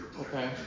Okay